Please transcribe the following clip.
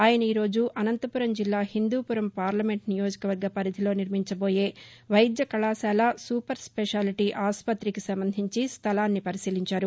ఆయన ఈ రోజు అనంతపురం జిల్లా హిందూపురం పార్లమెంట్ నియోజకవర్గ పరిధిలో నిర్మించబోయే వైద్య కళాశాల సూపర్ స్పెషాలిటీ ఆసుపత్రికి సంబంధించి స్టలాన్ని పరిశీలించారు